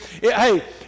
Hey